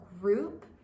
group